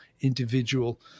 individual